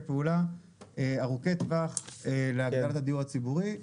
פעולה ארוכי-טווח להגדלת הדיור הציבורי.